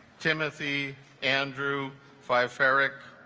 timothy andrew fife eric